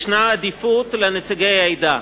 יש עדיפות לנציגי העדה.